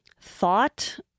thought